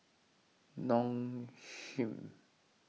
Nong Shim